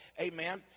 Amen